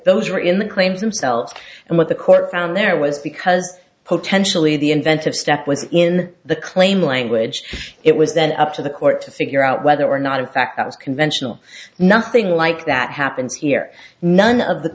those were in the claims themselves and what the court found there was because potentially the inventive step was in the claim language it was then up to the court to figure out whether or not in fact it was conventional nothing like that happens here none of the